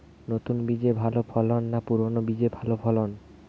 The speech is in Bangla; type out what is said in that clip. নতুন বীজে ভালো ফলন না পুরানো বীজে ভালো ফলন?